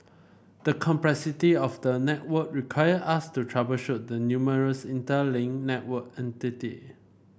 the complexity of the network required us to troubleshoot the numerous interlinked network entity